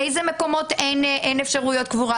באיזה מקומות אין אפשרויות קבורה,